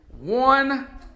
one